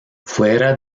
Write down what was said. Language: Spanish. fuera